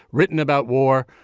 written about war,